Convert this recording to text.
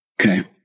Okay